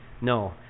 No